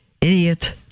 Idiot